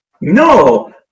No